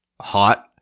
hot